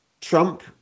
Trump